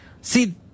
see